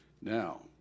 Now